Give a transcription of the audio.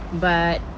but